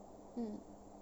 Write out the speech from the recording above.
mm